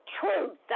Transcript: truth